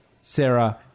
sarah